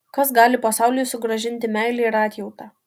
kas gali pasauliui sugrąžinti meilę ir atjautą